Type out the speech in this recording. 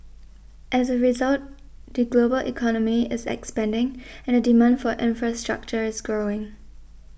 as a result the global economy is expanding and the demand for infrastructure is growing